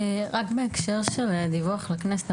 רק בהקשר של דיווח לכנסת,